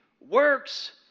works